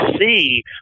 see